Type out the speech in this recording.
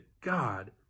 God